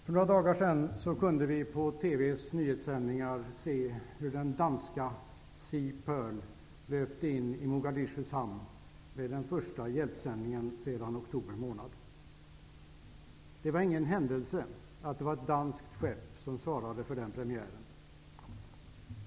Fru talman! För några dagar sedan kunde vi på TV:s nyhetssändningar se hur den danska Sea Pearl löpte in i Mogadishus hamn med den första hjälpsändningen sedan oktober. Det var ingen händelse att det var ett danskt skepp som svarade för den premiären.